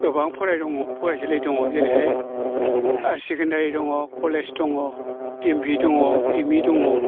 गोबां फराय दङ फरायसालि दङ जेरैहाय हायार सेकेन्डारि दङ कलेज दङ एमभि दङ एमइ दङ